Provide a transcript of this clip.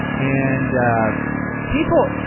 and people,